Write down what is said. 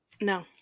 No